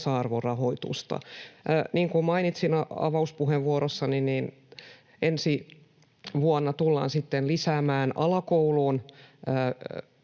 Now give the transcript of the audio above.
tasa-arvorahoitusta. Niin kuin mainitsin avauspuheenvuorossani, ensi vuonna tullaan lisäämään alakouluun